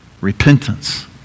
repentance